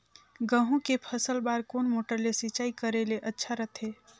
गहूं के फसल बार कोन मोटर ले सिंचाई करे ले अच्छा रथे?